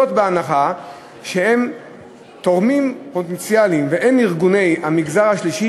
בהנחה שהן תורמים פוטנציאליים והן ארגוני המגזר השלישי